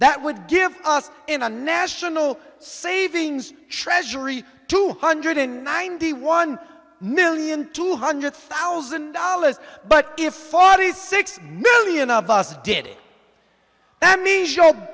that would give us in a national savings treasury two hundred ninety one million two hundred thousand dollars but if forty six million of us did it and me